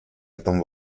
этом